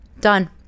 done